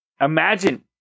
imagine